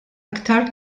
iktar